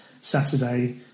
Saturday